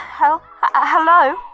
Hello